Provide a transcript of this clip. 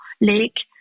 Lake